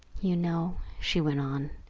you know, she went on,